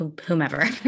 whomever